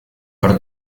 por